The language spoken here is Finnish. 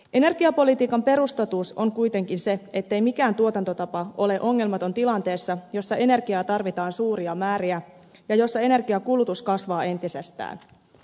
energiapolitiikan perustotuus on kuitenkin se ettei mikään tuotantotapa ole ongelmaton tilanteessa jossa energiaa tarvitaan suuria määriä ja jossa energiankulutus kasvaa entisestään